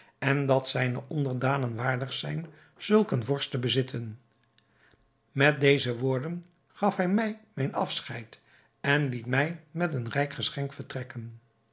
en dat zijne onderdanen waardig zijn zulk een vorst te bezitten met deze woorden gaf hij mij mijn afscheid en liet mij met een rijk geschenk vertrekken